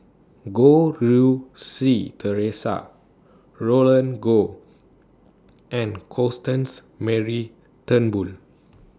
Goh Rui Si Theresa Roland Goh and Constance Mary Turnbull